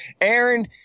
Aaron